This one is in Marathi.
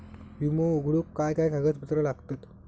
विमो उघडूक काय काय कागदपत्र लागतत?